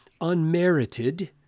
unmerited